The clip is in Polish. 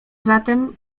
zatem